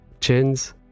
chins